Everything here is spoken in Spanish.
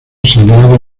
sangrado